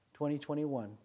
2021